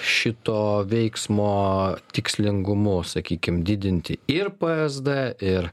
šito veiksmo tikslingumu sakykim didinti ir p ez d ir